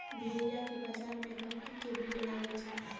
भेड़िया के बजार मे गहिकी के भीड़ लागै छै